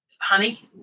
honey